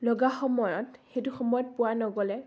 লগা সময়ত সেইটো সময়ত পোৱা নগ'লে